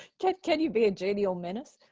can can you be a genial menace?